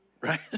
right